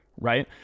right